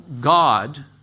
God